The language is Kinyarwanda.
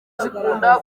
zikunda